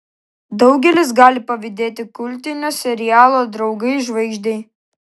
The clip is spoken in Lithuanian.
daugelis gali pavydėti kultinio serialo draugai žvaigždei